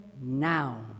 now